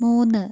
മൂന്ന്